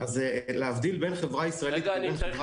אני צריך